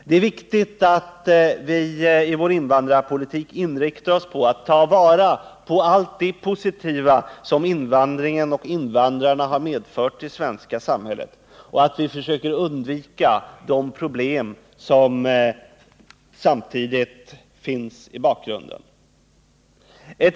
Det är viktigt att vi i vår invandrarpolitik inriktar oss på att ta vara på allt det positiva som invandringen och invandrare betyder för det svenska samhället och att vi försöker klara de problem som samtidigt finns i bakgrunden.